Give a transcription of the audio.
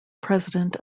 president